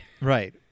Right